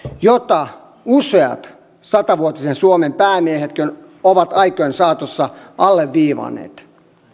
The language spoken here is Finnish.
jota useat satavuotisen suomen päämiehetkin ovat aikojen saatossa alleviivanneet